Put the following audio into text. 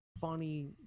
funny